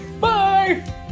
Bye